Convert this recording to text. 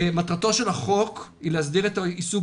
מטרתו של החוק היא להסדיר את העיסוק